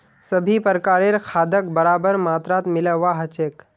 सभी प्रकारेर खादक बराबर मात्रात मिलव्वा ह छेक